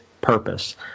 purpose